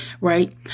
Right